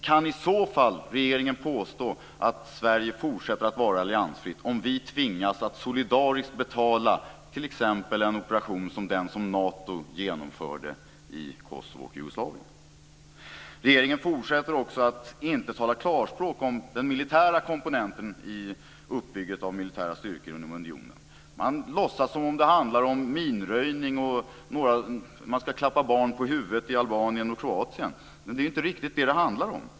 Kan regeringen påstå att Sverige fortsätter att vara alliansfritt om vi tvingas att solidariskt betala t.ex. en operation som den som Regeringen fortsätter också att inte tala klarspråk om den militära komponenten i uppbyggnaden av militära styrkor inom unionen. Man låtsas som om det handlar om minröjning och att man ska klappa barn på huvudet i Albanien och Kroatien. Men det är ju inte riktigt detta det handlar om.